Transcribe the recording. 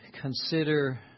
consider